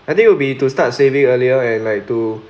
I think will be to start saving earlier and like to